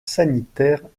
sanitaires